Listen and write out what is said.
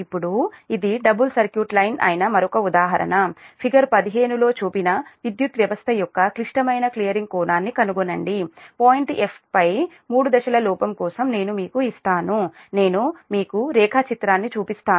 ఇప్పుడు ఇది double circuit line అయిన మరొక ఉదాహరణ ఫిగర్ 15 లో చూపిన విద్యుత్ వ్యవస్థ యొక్క క్లిష్టమైన క్లియరింగ్ కోణాన్ని కనుగొనండి పాయింట్ 'F' పై మూడు దశల లోపం కోసం నేను మీకు ఇస్తాను నేను మీకు రేఖాచిత్రాన్ని చూపిస్తాను